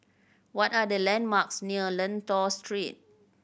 what are the landmarks near Lentor Street